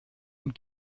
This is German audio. und